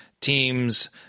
teams